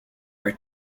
our